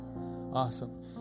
Awesome